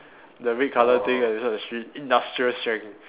the red colour thing that is on the street industrial strength